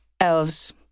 elves